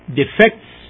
defects